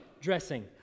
dressing